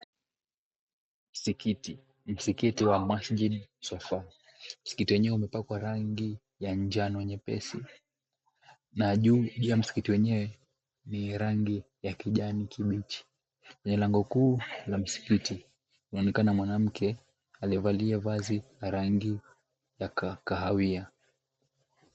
Msikiti Wa Masjid Sufah. Msikiti wenyewe umepakwa rangi ya njano nyepesi na juu ya msikiti wenyewe ni rangi ya kijani kibichi. Kwenye lango kuu la msikiti. Kunaonekana mwanamke alievaa vazi la rangi ya kahawia.